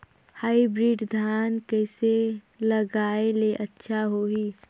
Hybrid धान कइसे लगाय ले अच्छा होही?